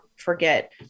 forget